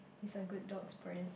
he's a good dog friend